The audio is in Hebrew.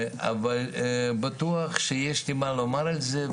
אבל בטוח שיש לי מה לומר על זה,